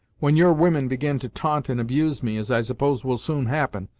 when your women begin to ta'nt and abuse me, as i suppose will soon happen,